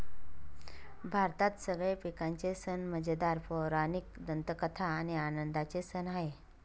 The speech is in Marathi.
भारतात सगळे पिकांचे सण मजेदार, पौराणिक दंतकथा आणि आनंदाचे सण आहे